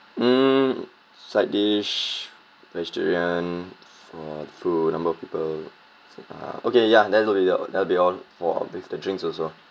mm side dish vegetarian for few number of people uh okay ya that'll be all that'll be all for these drinks also